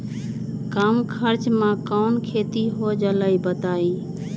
कम खर्च म कौन खेती हो जलई बताई?